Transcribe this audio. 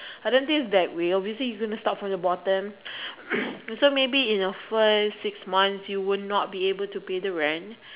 I don't think is that way obviously you gonna start from the bottom so maybe in your first six months you will not be able to pay the rent